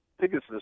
biggest